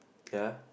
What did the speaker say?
ya